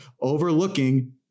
overlooking